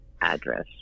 address